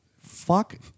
fuck